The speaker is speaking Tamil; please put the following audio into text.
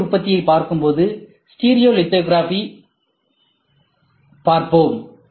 எனவே சேர்க்கை உற்பத்தியைப் பார்க்கும்போது ஸ்டீரியோ லித்தோகிராஃபி பார்ப்போம்